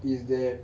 is that